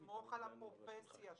סמוך על הפרופסיה שלנו.